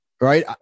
right